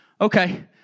Okay